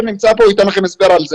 נמצא כאן והוא ייתן לכם הסבר על זה.